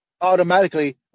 automatically